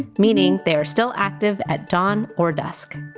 meaning they are still active at dawn or dusk.